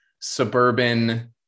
suburban